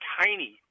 tiny